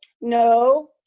No